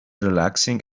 relaxing